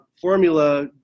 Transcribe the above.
formula